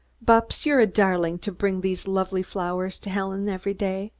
bupps, you're a darling to bring these lovely flowers to helen every day.